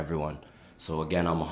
everyone so again i'm